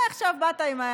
ועכשיו באת עם,